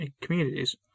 communities